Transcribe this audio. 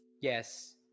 Yes